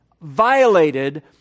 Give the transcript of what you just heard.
violated